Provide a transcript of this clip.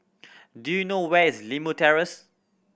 do you know where is Limau Terrace